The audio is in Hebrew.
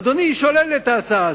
אדוני שולל את ההצעה הזאת.